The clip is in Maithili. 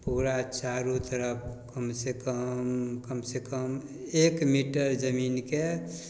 पूरा चारू तरफ कमसँ कम कमसँ कम एक मीटर जमीनके